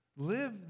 Live